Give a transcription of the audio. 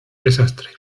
desastre